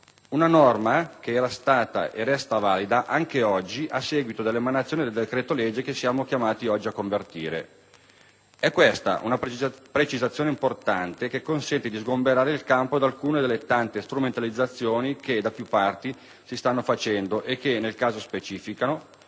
Una norma che era e resta valida anche oggi a seguito dell'emanazione del decreto-legge che siamo chiamati a convertire. È questa una precisazione importante che consente di sgomberare il campo da alcune delle tante strumentalizzazioni che, da più parti, si stanno facendo e che, nel caso specifico,